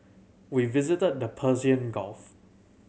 we visited the Persian Gulf